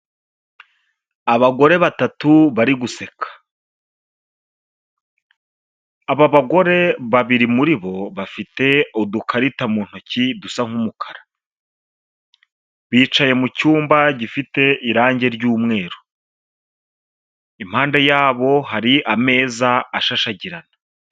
Abagore batatu bari guseka, aba bagore babiri muri bo bafite udukarita mu ntoki dusa nk'umukara, bicaye mu cyumba gifite irangi ry'umweru, impande yabo hari ameza ashashagirana,